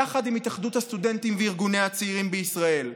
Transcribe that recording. יחד עם התאחדות הסטודנטים וארגוני הצעירים בישראל.